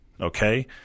okay